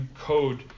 code